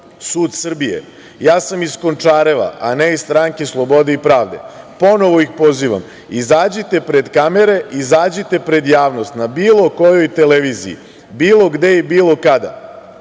sud Srbije. Ja sam iz Končareva, a ne iz Stranke slobode i pravde. Ponovo ih pozivam, izađite pred kamere, izađite pred javnost na bilo kojoj televiziji, bilo gde i bilo kada